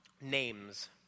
names